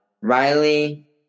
Riley